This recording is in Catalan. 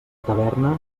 taverna